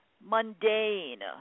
mundane